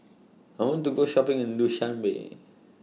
I want to Go Shopping in Dushanbe